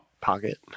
pocket